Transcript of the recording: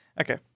Okay